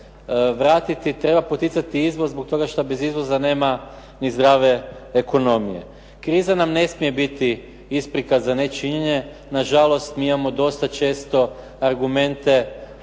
treba poticati izvoz, zbog tog što bez izvoza nema ni zdrave ekonomije. Kriza nam ne smije biti isprika za nečinjenje. Na žalost mi imamo dosta često argumente